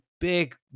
big